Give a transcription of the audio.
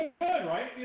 right